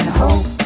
hope